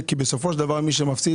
בסופו של דבר מי שמפסיד,